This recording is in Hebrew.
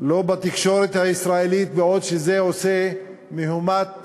ולא בתקשורת הישראלית, בעוד זה עושה מהומת